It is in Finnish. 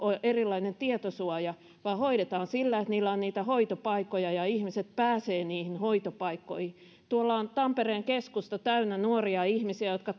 erilainen tietosuoja vaan hoidetaan sillä että niillä on niitä hoitopaikkoja ja ihmiset pääsevät niihin hoitopaikkoihin tuolla on tampereen keskusta täynnä nuoria ihmisiä jotka